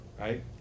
Right